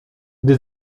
gdy